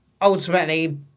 ultimately